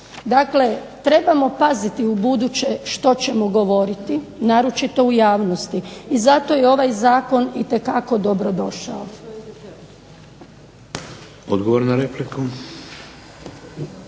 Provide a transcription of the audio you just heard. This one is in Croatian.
Dakle, trebamo paziti u buduće što ćemo govoriti naročito u javnosti. I zato je ovaj zakon itekako dobro došao. **Šeks,